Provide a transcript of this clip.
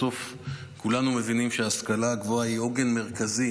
בסוף כולנו מבינים שההשכלה הגבוהה היא עוגן מרכזי